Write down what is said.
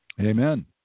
Amen